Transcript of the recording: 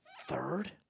third